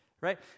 right